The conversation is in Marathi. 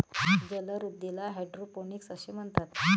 जलवृद्धीला हायड्रोपोनिक्स असे म्हणतात